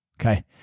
Okay